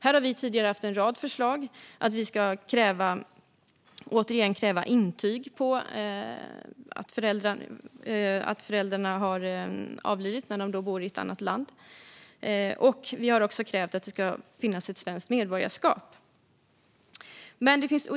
Här har vi tidigare haft en rad förslag om att kräva intyg på att föräldern som bor i ett annat land har avlidit. Vi har också krävt att det ska finnas ett svenskt medborgarskap.